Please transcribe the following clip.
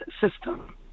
system